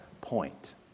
point